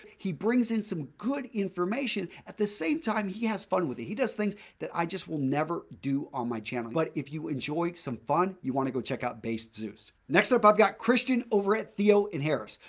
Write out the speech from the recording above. he brings in some good information at the same time he has fun with it. he does things that i just will never do on my channel. but, if you enjoy some fun, you want to go check out based zeus. next up, i've got christian over at theo and harris.